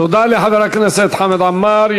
תודה לחבר הכנסת חמד עמאר.